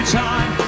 time